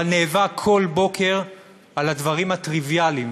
אבל נאבק כל בוקר על הדברים הטריוויאליים,